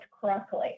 correctly